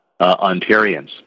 Ontarians